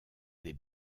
des